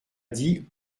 dit